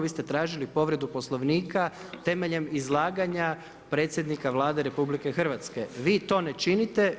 Vi ste tražili povredu Poslovnika temeljem izlaganja predsjednika Vlade RH, vi to ne činite.